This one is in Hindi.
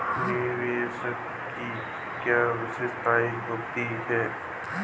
निवेश की क्या विशेषता होती है?